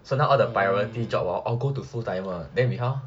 so now all the priority job hor go to full timer then we how